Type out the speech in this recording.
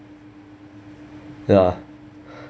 ya